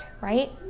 right